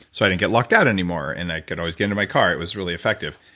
so i didn't get locked out anymore and i could always get into my car. it was really effective,